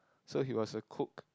so he was a cook